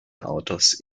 autos